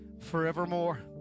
forevermore